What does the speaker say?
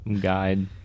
guide